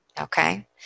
Okay